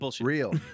real